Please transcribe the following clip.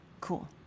Cool